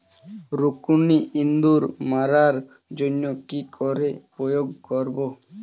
রুকুনি ইঁদুর মারার জন্য কি করে প্রয়োগ করব?